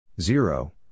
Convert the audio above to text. Zero